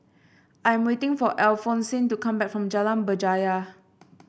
I am waiting for Alphonsine to come back from Jalan Berjaya